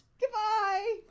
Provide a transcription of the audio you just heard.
Goodbye